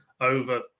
over